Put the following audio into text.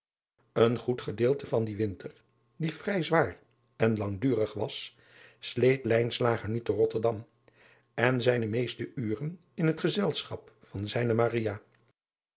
en goed gedeelte van dien winter die vrij zwaar en langdurig was sleet nu te otterdam en zijne meeste uren in het gezelschap van zijne